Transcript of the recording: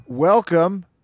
Welcome